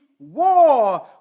war